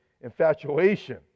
infatuation